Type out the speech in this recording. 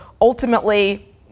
ultimately